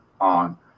on